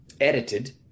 edited